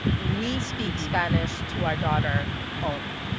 we speak spanish to our daughter only.